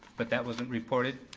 but that wasn't reported?